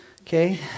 Okay